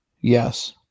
Yes